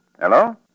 Hello